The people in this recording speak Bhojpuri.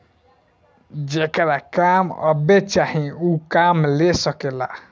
जेकरा काम अब्बे चाही ऊ काम ले सकेला